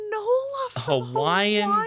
Hawaiian